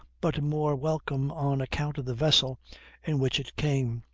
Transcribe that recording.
but more welcome on account of the vessel in which it came,